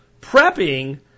Prepping